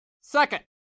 Second